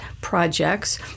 projects